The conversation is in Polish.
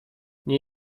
nie